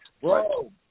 bro